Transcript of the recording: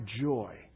joy